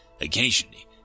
Occasionally